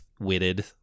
witted